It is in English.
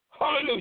Hallelujah